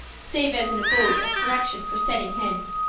save as an abode of correction for setting hens.